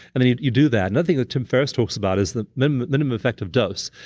and and you you do that. another thing that tim ferriss talks about is the minimum minimum effective dose.